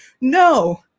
No